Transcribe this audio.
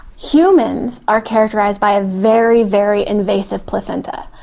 humans are characterised by ah very, very invasive placenta.